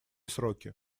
сроки